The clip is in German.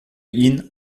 ihn